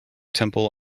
temple